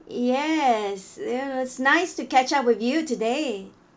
yes ya it's nice to catch up with you today